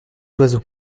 oiseau